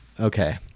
Okay